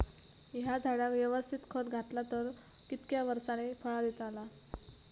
हया झाडाक यवस्तित खत घातला तर कितक्या वरसांनी फळा दीताला?